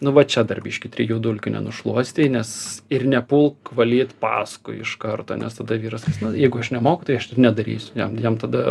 nu va čia dar biškį trijų dulkių nenušluostei nes ir nepulk valyt paskui iš karto nes tada vyras sakys na jeigu aš nemoku tai aš ir nedarysiu jam jam tada